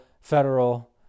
federal